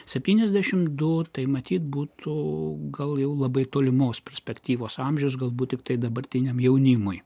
septyniasdešim du tai matyt būtų gal jau labai tolimos perspektyvos amžius galbūt tiktai dabartiniam jaunimui